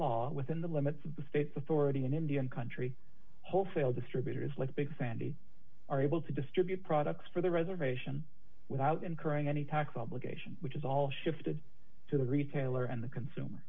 law within the limits of the state's authority in indian country wholesale distributors like big sandy are able to distribute products for the reservation without incurring any tax obligation which is all shifted to the retailer and the consumer